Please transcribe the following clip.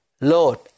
Lord